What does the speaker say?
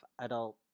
adult